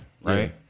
right